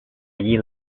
year